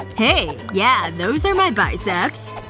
hey. yeah, those are my biceps.